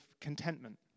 contentment